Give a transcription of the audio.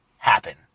happen